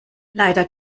leider